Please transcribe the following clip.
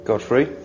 Godfrey